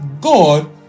God